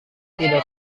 tidak